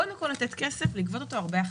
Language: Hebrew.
קודם כול לתת כסף, לגבות אותו הרבה אחרי.